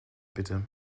bitte